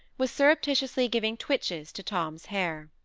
was surreptitiously giving twitches to tom's hair.